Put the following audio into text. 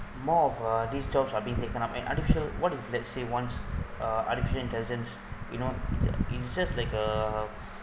more of uh these jobs are being taken up and artificial what if let's say once uh artificial intelligence you know it just like uh